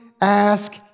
ask